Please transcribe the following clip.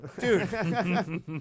Dude